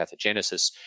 pathogenesis